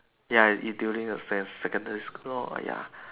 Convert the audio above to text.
ya it during the second~ secondary school lor ya